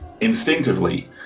instinctively